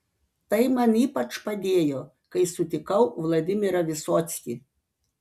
tai man ypač padėjo kai sutikau vladimirą vysockį